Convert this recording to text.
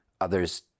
others